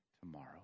tomorrow